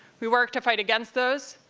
we work to fight against those,